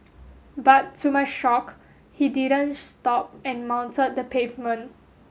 but to my shock he didn't stop and mounted the pavement